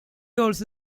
also